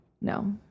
No